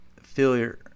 failure